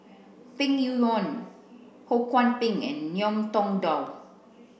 Peng Yuyun Ho Kwon Ping and Ngiam Tong Dow